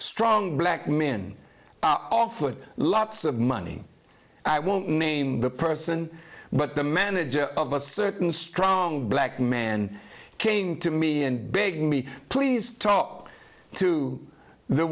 strong black men are offered lots of money i won't name the person but the manager of a certain strong black man came to me and beg me please talk to the